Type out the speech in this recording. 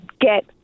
get